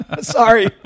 Sorry